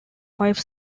five